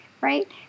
right